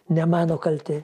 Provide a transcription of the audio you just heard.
ne mano kaltė